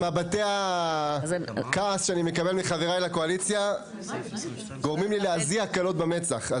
מבטי הכעס שאני מקבל מחבריי לקואליציה גורמים לי להזיע קלות במצח,